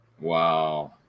Wow